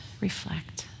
reflect